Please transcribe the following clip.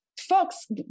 folks